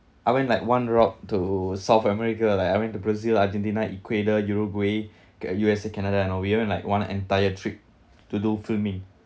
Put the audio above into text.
I went like one route to south america like I went to brazil argentina ecuador uruguay U_S_A canada and we even like one entire trip to do filming